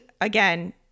again